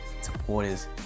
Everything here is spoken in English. Supporters